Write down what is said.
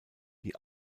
die